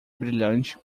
brilhante